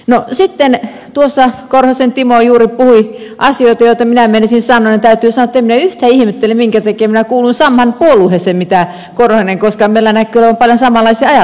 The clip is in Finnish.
tuossa korhosen timo juuri puhui asioita joita minä meinasin sanoa niin täytyy sanoa etten minä yhtään ihmettele minkä takia minä kuulun samaan puolueeseen mitä korhonen koska meillä näkyy olevan paljon samanlaisia ajatuksia